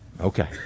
Okay